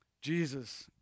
Jesus